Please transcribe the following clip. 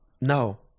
No